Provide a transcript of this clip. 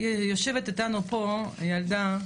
איזה תשובות קיבלנו חוויה מכבדת יותר של כלל תהליך